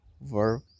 verb